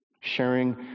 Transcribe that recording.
Sharing